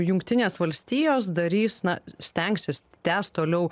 jungtinės valstijos darys na stengsis tęst toliau